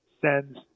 sends